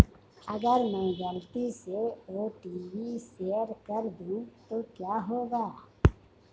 अगर मैं गलती से ओ.टी.पी शेयर कर दूं तो क्या होगा?